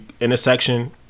Intersection